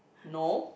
no